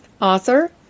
Author